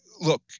look